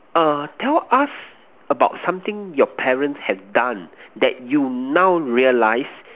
err tell us about something your parents have done that you now realise